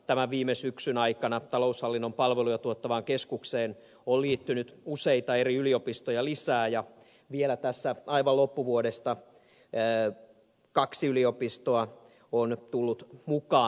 tämän viime syksyn aikana taloushallinnon palveluja tuottavaan keskukseen on liittynyt useita eri yliopistoja lisää ja vielä tässä aivan loppuvuodesta kaksi yliopistoa on tullut mukaan